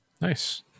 Nice